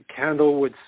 Candlewood